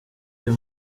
uyu